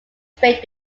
straight